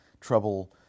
trouble